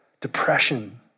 Depression